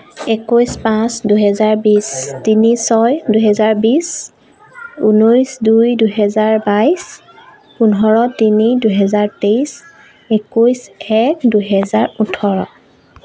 একৈছ পাঁচ দুহেজাৰ বিছ তিনি ছয় দুহেজাৰ বিছ ঊনৈছ দুই দুহেজাৰ বাইছ পোন্ধৰ তিনি দুহেজাৰ তেইছ একৈছ এক দুহেজাৰ ওঠৰ